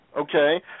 Okay